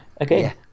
Okay